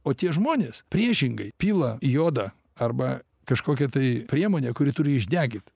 o tie žmonės priešingai pila jodą arba kažkokią tai priemonę kuri turi išdegint